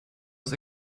ist